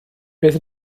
beth